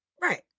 right